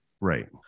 Right